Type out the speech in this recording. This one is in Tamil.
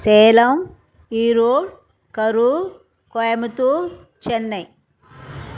சேலம் ஈரோடு கரூர் கோயம்புத்தூர் சென்னை